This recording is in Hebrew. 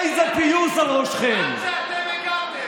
אוקיי, כי יש אחר כך,